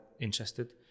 interested